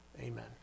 Amen